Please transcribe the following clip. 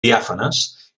diàfanes